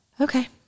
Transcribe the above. Okay